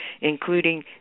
including